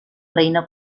reina